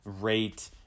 rate